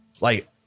Like-